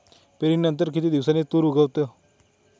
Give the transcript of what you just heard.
पेरणीनंतर किती दिवसांनी तूर उगवतो?